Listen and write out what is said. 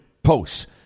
Posts